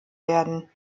werden